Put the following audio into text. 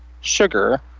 sugar